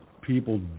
people